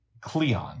Cleon